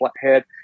flathead